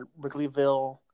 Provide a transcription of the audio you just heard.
Wrigleyville